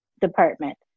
department